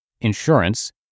insurance